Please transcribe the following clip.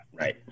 right